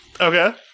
okay